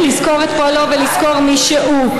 ולזכור את פועלו ולזכור את מי שהוא.